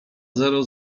zero